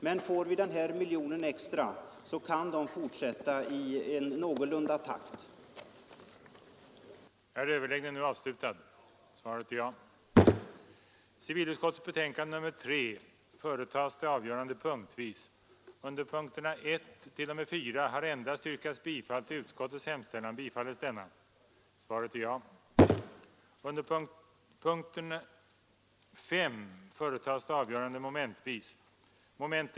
Men får vi den här miljonen extra kan den fortsätta i en någorlunda acceptabel takt.